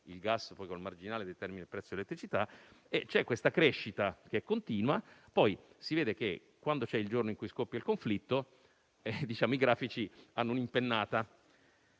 il gas con il marginale determina il prezzo dell'elettricità. C'è questa crescita continua e poi si vede che, il giorno in cui scoppia il conflitto, i grafici hanno un'impennata.